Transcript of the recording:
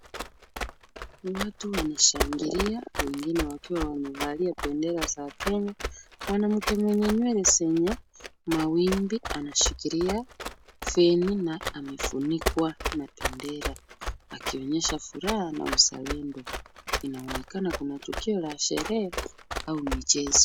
Watu wanashangilia wengine wakiwa wamevalia bendera za Kenya. Mwanamke mwenye nywele zenye mawimbi anashikilia feni na amefunikwa na bendera akionyesha furaha na uzalendo. Inaonekana kuna tukio la sherehe au michezo.